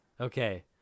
Okay